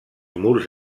murs